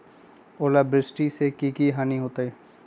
ओलावृष्टि से की की हानि होतै?